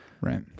Right